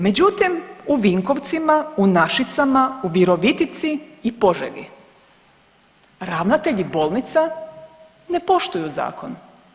Međutim, u Vinkovcima, u Našicama, u Virovitici i Požegi ravnatelji bolnica ne poštuju zakon.